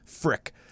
Frick